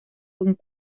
punt